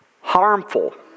Harmful